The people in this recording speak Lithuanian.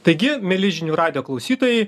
taigi mieli žinių radijo klausytojai